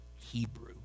Hebrew